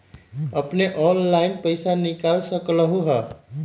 अपने ऑनलाइन से पईसा निकाल सकलहु ह?